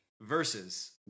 versus